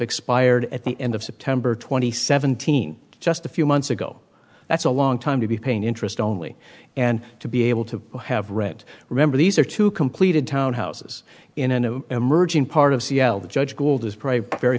expired at the end of september twenty seventeen just a few months ago that's a long time to be paying interest only and to be able to have rent remember these are two completed town houses in an emerging part of c l the judge gould is probably very